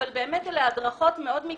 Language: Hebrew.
אבל אלה הדרכות מאוד מגזריות,